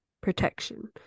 protection